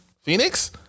Phoenix